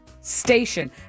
station